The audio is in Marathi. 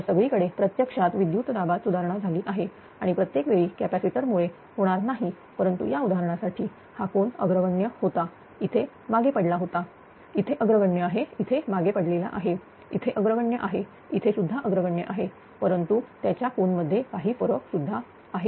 तर सगळीकडे प्रत्यक्षात विद्युत दाबात सुधारणा झाली आहे आणि प्रत्येक वेळी कॅपॅसिटर मुळे हे होणार नाही परंतु या उदाहरणासाठी हा कोन अग्रगण्य होता इथे मागे पडला आहे इथे अग्रगण्य आहे इथे मागे पडला आहे इथे अग्रगण्य आहे इथेसुद्धा अग्रगण्य आहे परंतु त्याच्या कोन मध्ये काही फरक सुद्धा आहे